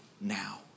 now